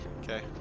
Okay